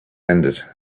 ended